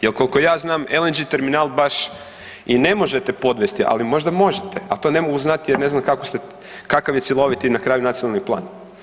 Jer koliko ja znam LNG terminal baš i ne možete podvesti, ali možda možete al to ne mogu znati jer ne znam kako ste, kakav je cjeloviti na kraju nacionalni plan.